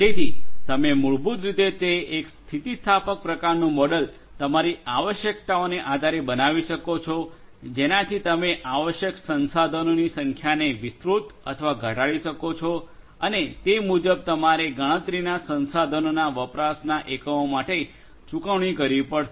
તેથી તમે મૂળભૂત રીતે તે એક સ્થિતિસ્થાપક પ્રકારનું મોડેલ તમારી આવશ્યકતાઓને આધારે કરી બનાવી શકો છો કે જેનાથી તમે આવશ્યક સંસાધનોની સંખ્યાને વિસ્તૃત અથવા ઘટાડી શકો છો અને તે મુજબ તમારે ગણતરીના સંસાધનોના વપરાશના એકમો માટે ચૂકવણી કરવી પડશે